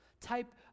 type